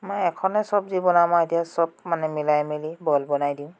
মই এখনে চব্জি বনাম আৰু চব মানে মিলাই মেলি বইল বনাই দিম